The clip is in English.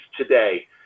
today